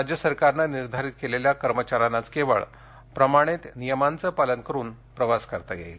राज्य सरकारने निर्धारित केलेल्या कर्मचाऱ्यांनाच केवळ प्रमाणित नियमांचं पालन करुन प्रवास करता येईल